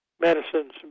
medicines